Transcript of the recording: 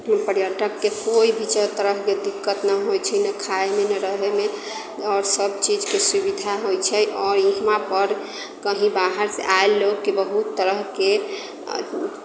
पर्यटकके कोइ भी तरहके दिक्कत नहि होइत छै नहि खाइमे नहि रहैमे आओर सभ चीजकेँ सुविधा होइत छै आओर इहाँ पर कहि बाहर से आएल लोगकेँ बहुत तरहकेँ